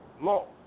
Law